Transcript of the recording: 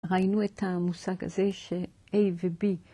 ראינו את המושג הזה של A ו-B.